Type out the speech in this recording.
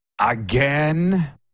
again